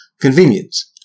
Convenience